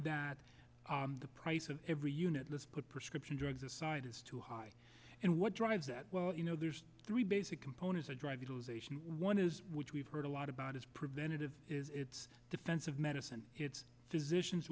that the price of every unit let's put prescription drugs aside is too high and what drives that well you know there's three basic components of driving those ation one is which we've heard a lot about as preventative is its defensive medicine it's physicians